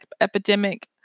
epidemic